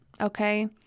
Okay